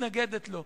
מתנגדת לו.